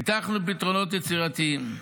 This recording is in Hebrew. פיתחנו פתרונות יצירתיים.